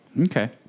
Okay